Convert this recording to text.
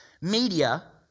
media